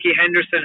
Henderson